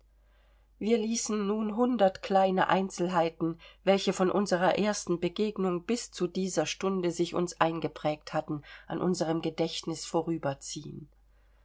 wir ließen nun hundert kleine einzelheiten welche von unserer ersten begegnung bis zu dieser stunde sich uns eingeprägt hatten an unserem gedächtnis